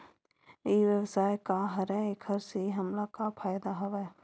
ई व्यवसाय का हरय एखर से हमला का फ़ायदा हवय?